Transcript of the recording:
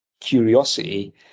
curiosity